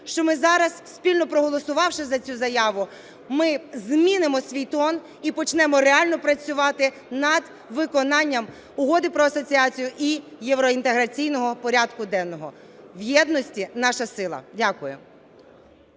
що ми зараз, спільно проголосувавши за цю заяву, ми змінимо свій тон і почнемо реально працювати над виконанням Угоди про асоціацію і євроінтеграційного порядку денного. В єдності наша сила! Дякую.